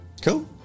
Cool